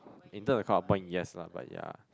in term of cut off point yes lah but ya